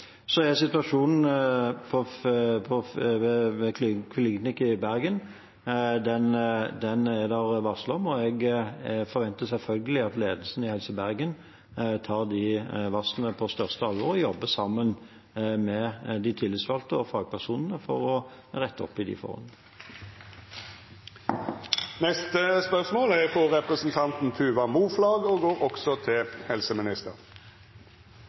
Situasjonen ved Kvinneklinikken i Bergen er det varslet om, og jeg forventer selvfølgelig at ledelsen i Helse Bergen tar de varslene på største alvor og jobber sammen med de tillitsvalgte og fagpersonene for å rette opp i de forholdene. «I forbindelse med metoo-kampanjen rapporterte en rekke leger om seksuell trakassering under oppropet #utentaushetsplikt, og